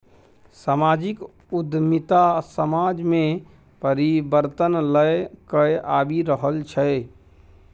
समाजिक उद्यमिता समाज मे परिबर्तन लए कए आबि रहल छै